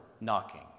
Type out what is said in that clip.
knocking